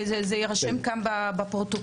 וזה יירשם בפרוטוקול,